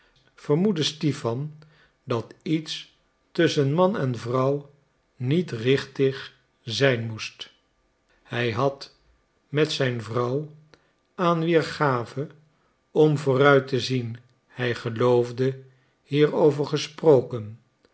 vermoedde stipan dat iets tusschen man en vrouw niet richtig zijn moest hij had met zijn vrouw aan wier gave om vooruit te zien hij geloofde hierover gesproken